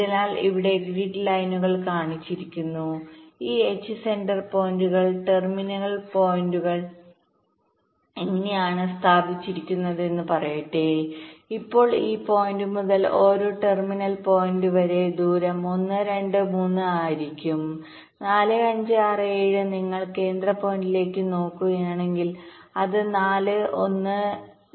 അതിനാൽ ഇവിടെ ഗ്രിഡ് ലൈനുകൾ കാണിച്ചിരിക്കുന്നു ഈ H സെന്റർ പോയിന്റുകൾ ടെർമിനൽ പോയിന്റുകൾcentre points the terminal pointsഇങ്ങനെയാണ് സ്ഥാപിച്ചിരിക്കുന്നതെന്ന് പറയട്ടെ അപ്പോൾ ഈ പോയിന്റ് മുതൽ ഓരോ ടെർമിനൽ പോയിന്റുകൾ വരെ ദൂരം 1 2 3 ആയിരിക്കും 4 5 6 7 നിങ്ങൾ കേന്ദ്ര പോയിന്റിലേക്ക് നോക്കുകയാണെങ്കിൽ അത് 4 1 2 3 4